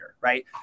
right